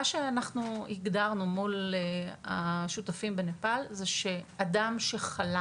שאנחנו הגדרנו מול השותפים בנפאל, זה שאדם שחלה